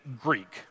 Greek